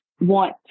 want